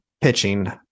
pitching